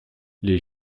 les